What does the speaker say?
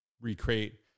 recreate